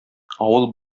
авыл